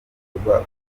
bikorwa